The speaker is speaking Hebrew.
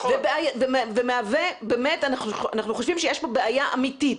אנחנו חושבים שיש פה בעיה אמיתית,